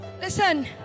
Listen